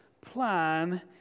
plan